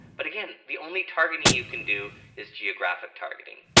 but again, the only targeting you can do is geographic targeting.